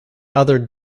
other